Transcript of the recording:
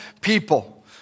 people